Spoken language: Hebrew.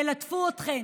ילטפו אתכן.